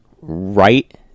right